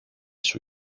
σου